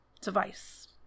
device